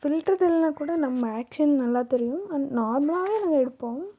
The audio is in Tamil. ஃபில்ட்டர் தெரியலைனா கூட நம்ம ஆக்ஷன் நல்லா தெரியும் அண்ட் நார்மலாவே நாங்கள் எடுப்போம்